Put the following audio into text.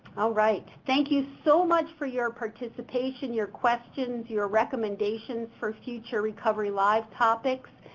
alright, thank you so much for your participation, your questions, your recommendations for future recovery live topics.